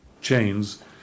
chains